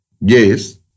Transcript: Yes